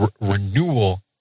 renewal